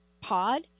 Pod